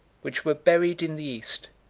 which were buried in the east,